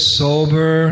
sober